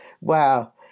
Wow